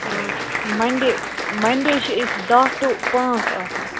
آ Monday Monday چھِ أسۍ دَہ ٹُہ پانٛژھ آسان